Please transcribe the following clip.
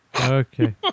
Okay